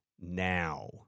now